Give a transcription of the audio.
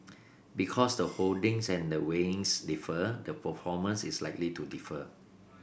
because the holdings and the weightings differ the performance is likely to differ